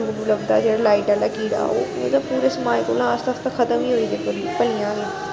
जुगनु लभदा लाइट आह्ला कीड़ा ओह् मतलब पूरे समाज कोला आस्ता आस्ता खतम होई गेदे भलेआं गै